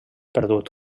perdut